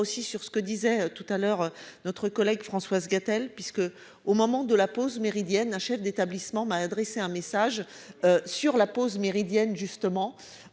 aussi sur ce que disait tout à l'heure notre collègue Françoise Gatel puisque au moment de la pause méridienne, un chef d'établissement m'a adressé un message. Sur la pause méridienne justement